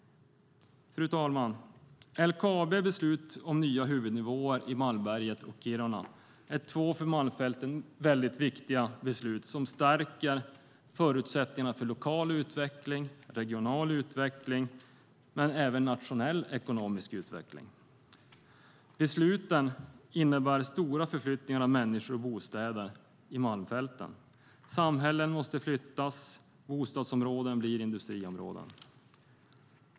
Fru talman! LKAB:s beslut om nya huvudnivåer i Malmberget och Kiruna är två för Malmfälten mycket viktiga beslut som stärker förutsättningarna inte bara för lokal och regional utveckling utan även för nationell ekonomisk utveckling. Besluten innebär stora förflyttningar av människor och bostäder i Malmfälten. Samhällen måste flyttas. Bostadsområden blir industriområden.